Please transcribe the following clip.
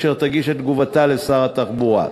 והיא תגיש את תגובתה לשר התחבורה.